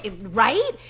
right